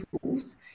tools